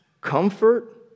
Comfort